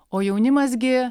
o jaunimas gi